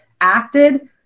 acted